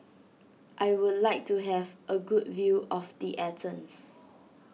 I would like to have a good view of the Athens